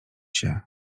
się